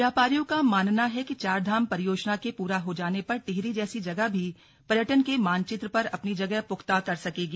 व्यापारियों का मानना है कि चारधाम परियोजना के पूरा हो जाने पर टिहरी जैसी जगह भी पर्यटन के मानचित्र पर अपनी जगह पुख्ता कर सकेंगी